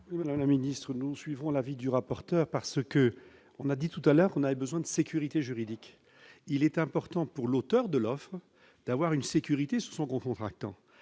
Bigot. Le ministre nous suivrons l'avis du rapporteur parce que on a dit tout à l'heure qu'on a besoin de sécurité juridique, il est important pour l'auteur de l'offre d'avoir une sécurité son contractant